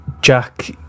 Jack